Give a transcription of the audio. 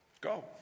Go